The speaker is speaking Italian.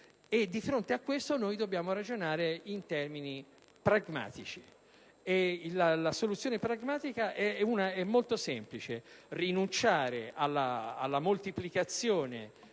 di fronte a questo, noi dobbiamo ragionare in termini pragmatici. La soluzione pragmatica è molto semplice: rinunciare alla moltiplicazione,